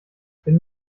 bin